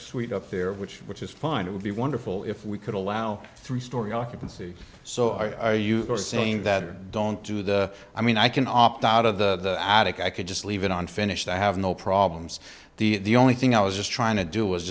suite up there which which is fine it would be wonderful if we could allow three storey occupancy so i use the saying that don't do the i mean i can opt out of the adek i could just leave it on finished i have no problems the only thing i was just trying to do